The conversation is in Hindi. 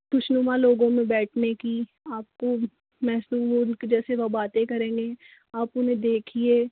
खुशनुमा लोगों में बैठने की आपको महसूस हो उनके जैसे वह बातें करेंगे आप उन्हें देखिए